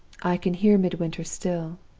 i can hear midwinter still,